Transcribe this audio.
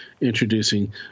introducing